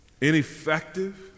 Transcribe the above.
ineffective